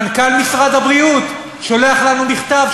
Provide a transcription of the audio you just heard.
מנכ"ל משרד הבריאות שולח לנו מכתב,